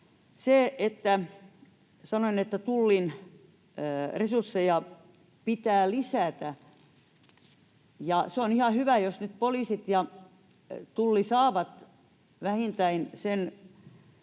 Sanoin, että Tullin resursseja pitää lisätä, ja se on ihan hyvä, jos nyt poliisit ja Tulli saavat vähintään sen